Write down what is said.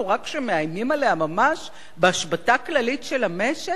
רק כשמאיימים עליה ממש בהשבתה כללית של המשק?